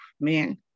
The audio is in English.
man